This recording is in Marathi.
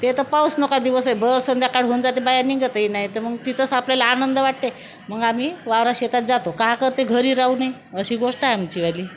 ते पाऊस नका दिवसय भर संध्याकाळ होऊन जाते बाया निघतही नाही तर मग तिथंच आपल्याला आनंद वाटते मग आम्ही वारा शेतात जातो का करते घरी राहून अशी गोष्ट आहे आमचीवाली